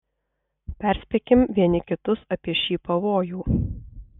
perspėkim vieni kitus apie šį pavojų